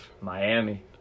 Miami